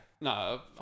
No